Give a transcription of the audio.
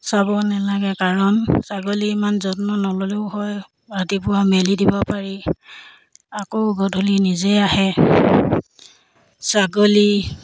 চাব নালাগে কাৰণ ছাগলী ইমান যত্ন নল'লেও হয় ৰাতিপুৱা মেলি দিব পাৰি আকৌ গধূলি নিজে আহে ছাগলী